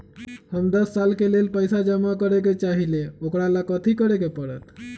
हम दस साल के लेल पैसा जमा करे के चाहईले, ओकरा ला कथि करे के परत?